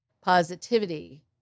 positivity